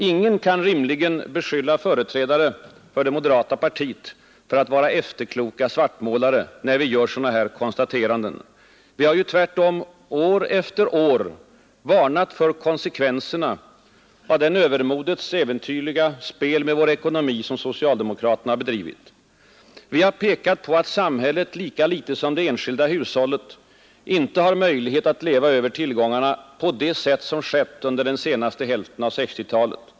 Ingen kan rimligen beskylla företrädare för det moderata partiet för att vara efterkloka svartmålare, när de gör sådana konstateranden. Vi har tvärtom år efter år varnat för konsekvenserna av det övermodets äventyrliga spel med vår ekonomi som socialdemokraterna bedrivit. Vi har pekat på att samhället lika litet som det enskilda hushållet har möjlighet att leva över tillgångarna på det sätt som skett under den senaste hälften av 1960-talet.